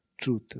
truth